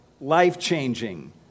life-changing